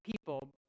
people